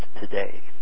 today